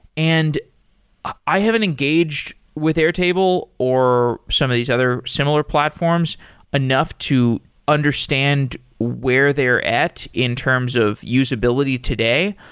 and i haven't engaged with airtable or some of these other similar platforms enough to understand where they're at in terms of usability today.